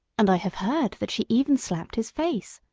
and i have heard that she even slapped his face.